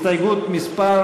הסתייגות מס'